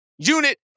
unit